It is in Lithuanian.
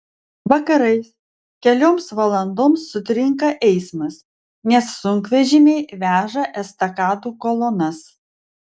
vakarais kelioms valandoms sutrinka eismas nes sunkvežimiai veža estakadų kolonas